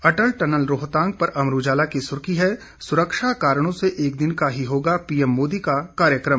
अटल सुरंग उद्घाटन पर अमर उजाला की सुर्खी है सुरक्षा कारणों से एक दिन का ही होगा पीएम मोदी का कार्यक्रम